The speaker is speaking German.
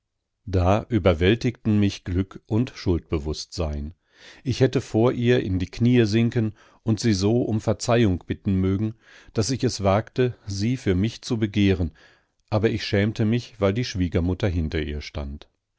da überwältigten mich glück und schuldbewußtsein ich hätte vor ihr in die knie sinken und sie so um verzeihung bitten mögen daß ich es wagte sie für mich zu begehren aber ich schämte mich weil die schwiegermutter hinter ihr stand